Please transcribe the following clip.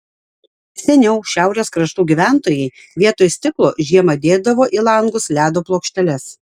seniau šiaurės kraštų gyventojai vietoj stiklo žiemą dėdavo į langus ledo plokšteles